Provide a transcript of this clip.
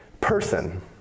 person